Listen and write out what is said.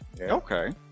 Okay